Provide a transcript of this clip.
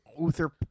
Uther